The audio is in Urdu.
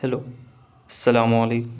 ہیلو السلام علیکم